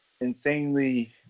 insanely